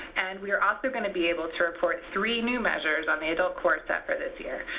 and we are also going to be able to report three new measures on the adult core set for this year.